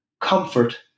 comfort